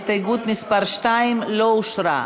הסתייגות מס' 2 לא אושרה.